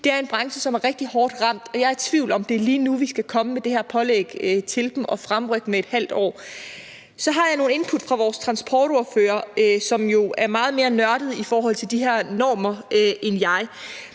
det er en branche, som er rigtig hårdt ramt, og jeg er i tvivl om, om det er lige nu, vi skal komme med det her pålæg til dem og fremrykke med ½ år. Så har jeg nogle input fra vores transportordfører, som jo er meget mere nørdet i forhold til de her normer, end jeg